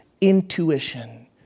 intuition